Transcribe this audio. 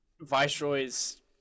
Viceroy's